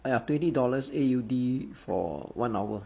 !aiya! twenty dollars A_U_D for one hour